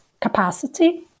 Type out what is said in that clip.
capacity